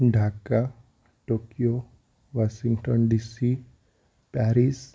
Dhaka Tokyo Washington DC Paris